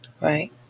right